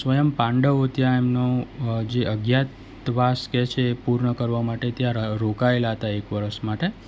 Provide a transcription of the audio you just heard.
સ્વયં પાંડવો ત્યાં એમનો જે અજ્ઞાતવાસ કે છે એ પૂર્ણ કરવા માટે ત્યાં રોકાયેલા હતા એક વરસ માટે